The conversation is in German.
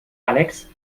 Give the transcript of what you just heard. alex